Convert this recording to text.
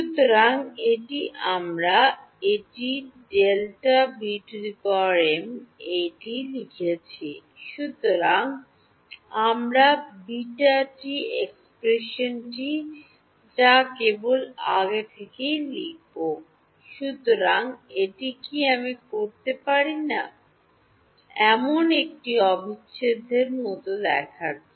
সুতরাং এটি আমরা এটি এটি লিখেছে সুতরাং আমাদের β এক্সপ্রেশনটি যা আমি কেবল আগে থেকেই লিখব সুতরাং এটি কি আমি করতে পারি এমন একটি অবিচ্ছেদ্য মত দেখাচ্ছে